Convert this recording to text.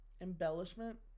Embellishment